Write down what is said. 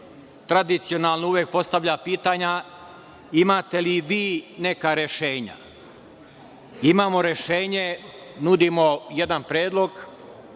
tradicionalno uvek postavlja pitanja – imate li vi neka rešenja? Imamo rešenje, nudimo jedan predlog,